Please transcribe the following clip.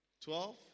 Twelve